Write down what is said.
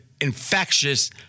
infectious